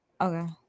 Okay